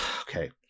okay